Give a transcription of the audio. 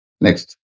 Next